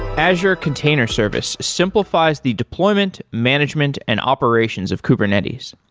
azure container service simplifies the deployment, management and operations of kubernetes.